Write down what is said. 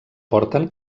porten